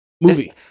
Movie